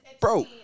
bro